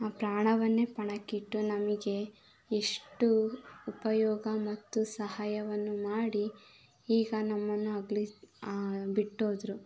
ಪ್ರಾಣವನ್ನೇ ಪಣಕ್ಕಿಟ್ಟು ನಮಗೆ ಎಷ್ಟು ಉಪಯೋಗ ಮತ್ತು ಸಹಾಯವನ್ನು ಮಾಡಿ ಈಗ ನಮ್ಮನ್ನು ಅಗಲಿ ಬಿಟ್ಟು ಹೋದ್ರು